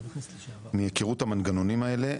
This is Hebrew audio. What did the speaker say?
מהיכרות המנגנונים האלה,